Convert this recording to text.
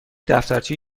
دفترچه